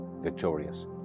victorious